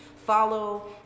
Follow